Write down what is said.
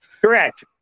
correct